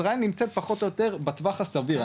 ישראל נמצאת פחות או יותר בטווח הסביר.